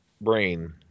brain